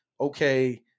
okay